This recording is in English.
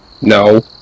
No